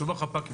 צובר חפ"קים,